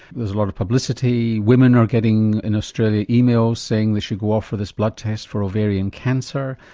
there's a lot of publicity, women are getting in australia emails saying they should go off for this blood test for ovarian cancer,